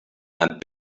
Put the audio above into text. and